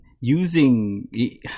using